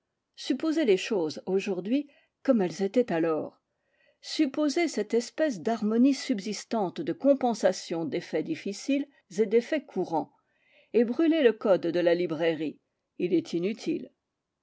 supposez les choses aujourd'hui comme elles étaient alors supposez cette espèce d'harmonie subsistante de compensation d'effets difficiles et d'effets courants et brûlez le code de la librairie il est inutile